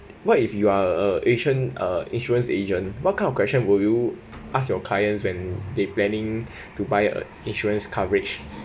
what if you are a insur~ uh insurance agent what kind of question will you ask your clients when they planning to buy a insurance coverage